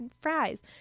fries